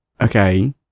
okay